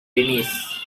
denise